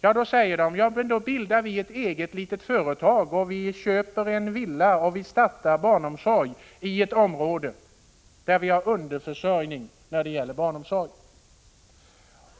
Men då säger dessa förskollärare: Vi bildar ett eget litet företag, vi köper en villa och startar barnomsorgsverksamhet i ett område, där det är underförsörjning i fråga om barnomsorg.